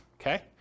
Okay